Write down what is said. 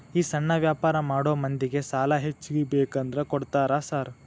ಈ ಸಣ್ಣ ವ್ಯಾಪಾರ ಮಾಡೋ ಮಂದಿಗೆ ಸಾಲ ಹೆಚ್ಚಿಗಿ ಬೇಕಂದ್ರ ಕೊಡ್ತೇರಾ ಸಾರ್?